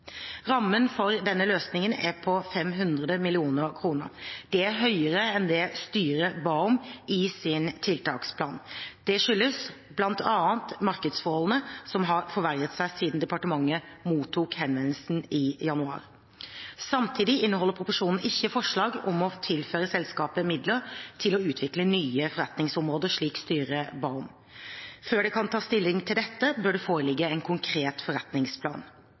Rammen for denne løsningen er på 500 mill. kr. Det er høyere enn det styret ba om i sin tiltaksplan. Det skyldes bl.a. at markedsforholdene har forverret seg siden departementet mottok henvendelsen i januar. Samtidig inneholder proposisjonen ikke forslag om å tilføre selskapet midler til å utvikle nye forretningsområder, slik styret ba om. Før det kan tas stilling til dette, bør det foreligge en konkret forretningsplan.